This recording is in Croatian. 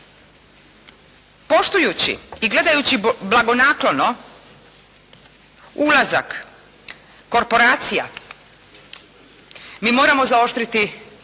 poštujući i gledajući blagonaklono ulazak korporacija mi moramo zaoštriti